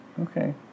Okay